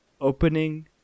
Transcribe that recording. opening